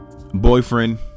boyfriend